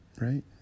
right